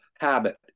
habit